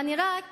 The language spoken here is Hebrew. אני רק